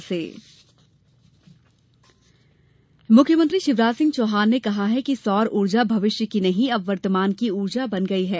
solar ऊर्जा मुख्यमंत्री शिवराज सिंह चौहान ने कहा है कि सौर ऊर्जा भविष्य की नहीं अब वर्तमान की ऊर्जा बन गई है